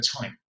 time